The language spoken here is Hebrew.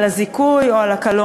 על הזיכוי או על הקלון,